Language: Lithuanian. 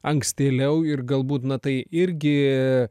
ankstėliau ir galbūt na tai irgi